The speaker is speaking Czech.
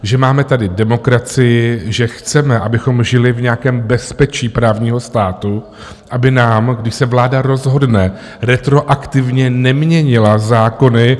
Že máme tady demokracii, že chceme, abychom žili v nějakém bezpečí právního státu, aby nám, když se vláda rozhodne, retroaktivně neměnila zákony.